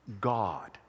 God